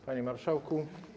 Panie Marszałku!